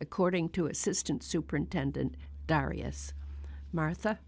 according to assistant superintendent darrius martha